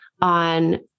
on